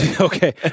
Okay